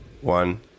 One